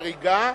חריגה,